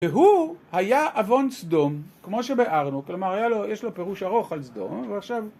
והוא היה עוון סדום כמו שבארנו, כלומר יש לו פירוש ארוך על סדום ועכשיו